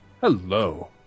hello